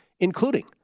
including